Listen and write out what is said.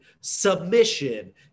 submission